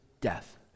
death